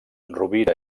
rovira